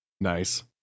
Nice